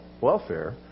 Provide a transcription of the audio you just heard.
welfare